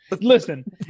Listen